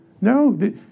No